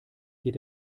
geht